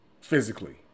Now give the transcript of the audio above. physically